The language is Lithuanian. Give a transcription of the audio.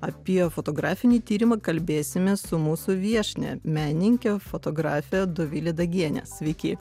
apie fotografinį tyrimą kalbėsimės su mūsų viešnia menininke fotografe dovile dagiene sveiki